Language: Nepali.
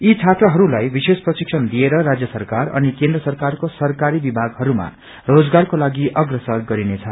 यी छात्रहस्लाई विशेष प्रशिक्षण दिएर राज्य सरकार अनि केन्द्र सरकारको सरकारी विभागहरूमा रोजगारकोलागि अप्रसर गरिनेछ